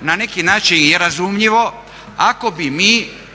na neki način i razumljivo ako bi mi